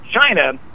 China